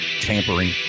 Tampering